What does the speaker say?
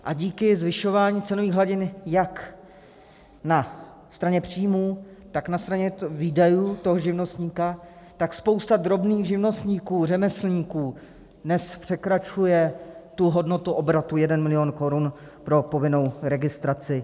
A díky zvyšování cenových hladin jak na straně příjmů, tak na straně výdajů toho živnostníka spousta drobných živnostníků, řemeslníků dnes překračuje tu hodnotu obratu 1 mil. Kč pro povinnou registraci k DPH.